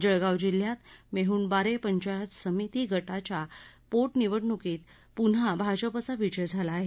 जळगाव जिल्ह्यात मेहुणबारे पंचायत समिती गणाच्या पोट निवडणूकीत पुन्हा भाजपाचा विजय झाला आहे